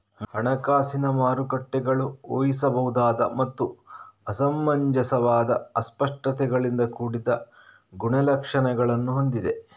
ಹಣಕಾಸಿನ ಮಾರುಕಟ್ಟೆಗಳು ಊಹಿಸಬಹುದಾದ ಮತ್ತು ಅಸಮಂಜಸವಾದ ಅಸ್ಪಷ್ಟತೆಗಳಿಂದ ಕೂಡಿದ ಗುಣಲಕ್ಷಣಗಳನ್ನು ಹೊಂದಿವೆ